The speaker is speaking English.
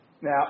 Now